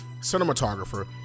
cinematographer